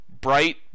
bright